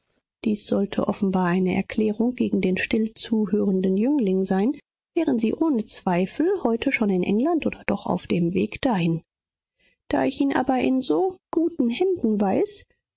dies sollte offenbar eine erklärung gegen den still zuhörenden jüngling sein wären sie ohne zweifel heute schon in england oder doch auf dem weg dahin da ich ihn aber in so guten händen weiß